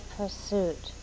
pursuit